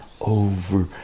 over